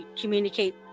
communicate